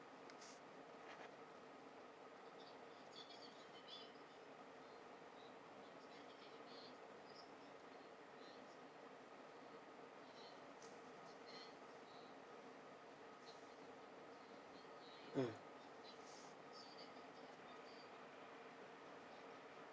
mm